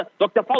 Dr